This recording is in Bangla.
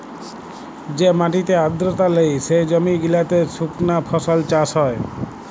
যে মাটিতে আদ্রতা লেই, সে জমি গিলাতে সুকনা ফসল চাষ হ্যয়